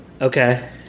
Okay